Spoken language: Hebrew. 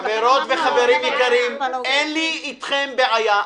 חברות וחברים יקרים, אין לי אתכם בעיה.